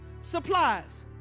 supplies